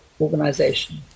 organization